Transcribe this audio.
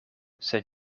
sed